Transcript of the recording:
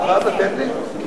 מורידה.